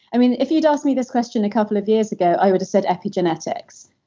i mean, if you'd ask me this question a couple of years ago, i would've said epigenetics.